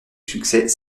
succès